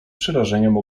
przerażeniem